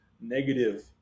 negative